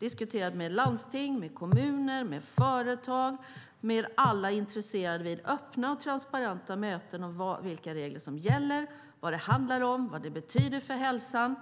Jag har diskuterat med företrädare för landsting, kommuner, företag, med alla intressenter, vid öppna och transparenta möten vilka regler som gäller, vad det handlar om, vad det betyder för hälsan